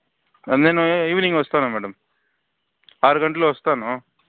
నేను ఈవినింగ్ వస్తాను మేడం ఆరు గంటలకి వస్తాను